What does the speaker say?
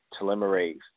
telomerase